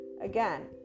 again